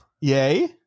yay